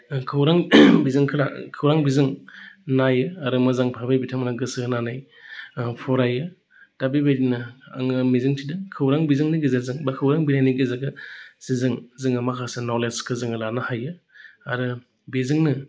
खौरां बिजोंखौ लायो खौरां बिजों नायो आरो मोजां भाबै बिथांमोना गोसो होनानै फरायो दा बेबायदिनो आङो मिजिंथिदों खौरां बिजोंनि गेजेरजों बा खौरां बिलाइनि गेजेरजोंसो जों जोङो माखासे नलेजखौ जोङो लानो हायो आरो बेजोंनो